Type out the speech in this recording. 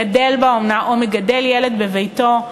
גדל באומנה או מגדל ילד בביתו,